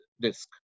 disk